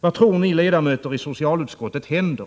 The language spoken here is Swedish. Vad tror ni ledamöter i socialutskottet händer